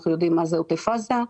אנחנו יודעים מה זה עוטף עזה,